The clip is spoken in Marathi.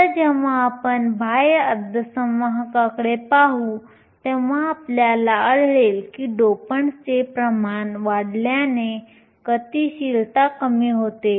नंतर जेव्हा आपण बाह्य अर्धसंवाहकांकडे पाहू तेव्हा आपल्याला आढळेल की डोपंट्सचे प्रमाण वाढल्याने गतिशीलता कमी होते